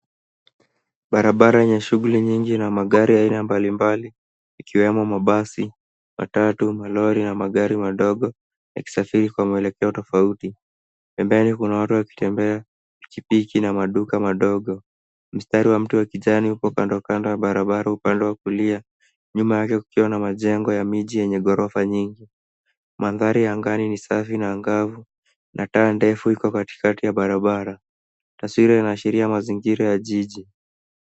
Barabara yenye shughuli nyingi na magari aina mbalimbali yakiwemo mabasi, matatu, malori na magari madogo yakisafiri kwa mwelekeo tofauti. Pembeni kuna watu wakitembea pipiki na maduka madogo. Mstari wa mti wa kijani uko kandokando ya barabara upand wa kulia nyuma yake kukiwa na majengo ya miji yenye ghorofa nyingi. Mandhari ya angani ni safi na angavu na taa ndefu iko katikati ya barabara. Taswira inaashiria mazingira ya jiji.